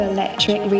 Electric